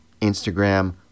Instagram